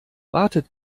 wartet